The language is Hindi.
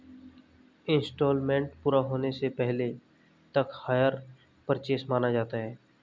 इन्सटॉलमेंट पूरा होने से पहले तक हायर परचेस माना जाता है